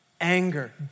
anger